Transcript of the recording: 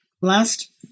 last